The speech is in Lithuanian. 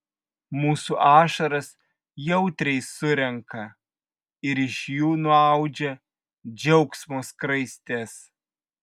mūsų ašaras jautriai surenka ir iš jų nuaudžia džiaugsmo skraistes